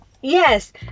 Yes